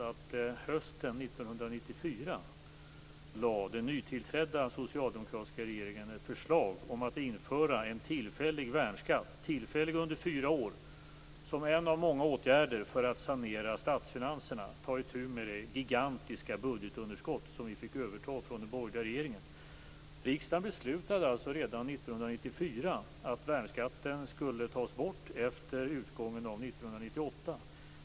Som en av många åtgärder för att sanera statsfinanserna och ta itu med det gigantiska budgetunderskott som övertogs från den borgerliga regeringen lade den nytillträdda socialdemokratiska regeringen hösten 1994 fram ett förslag om att införa en tillfällig värnskatt att tas ut under fyra år. Riksdagen beslutade alltså redan 1994 att värnskatten skulle tas bort efter utgången av 1998.